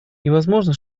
невозможно